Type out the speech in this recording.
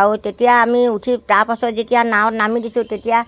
আৰু তেতিয়া আমি উঠি তাৰ পাছত যেতিয়া নাৱত নামি দিছোঁ তেতিয়া